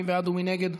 מי בעד ומי נגד?